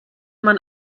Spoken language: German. man